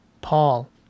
Paul